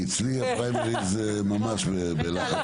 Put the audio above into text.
כי אצלי הפריימריז ממש בלחץ.